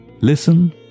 Listen